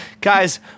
guys